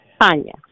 Tanya